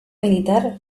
militar